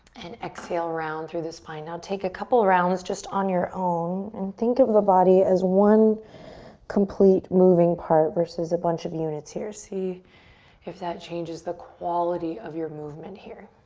and exhale, round through the spine. now take a couple rounds just on your own and think of the body as one complete moving part versus a bunch of units here. see if that changes the quality of your movement here.